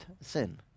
sin